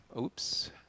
oops